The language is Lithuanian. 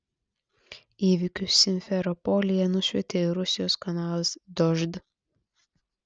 įvykius simferopolyje nušvietė ir rusijos kanalas dožd